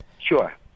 Sure